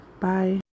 Bye